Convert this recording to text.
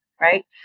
Right